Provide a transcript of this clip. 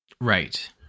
Right